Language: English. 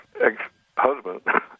ex-husband